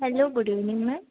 hello good evening ma'am